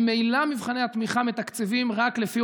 ממילא מבחני התמיכה מתקצבים רק לפי